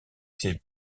ses